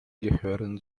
gehören